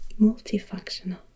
multifunctional